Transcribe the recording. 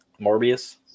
Morbius